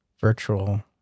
Virtual